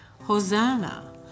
Hosanna